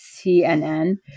CNN